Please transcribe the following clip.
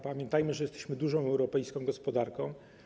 Pamiętajmy, że jesteśmy dużą europejską gospodarką.